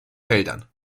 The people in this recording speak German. feldern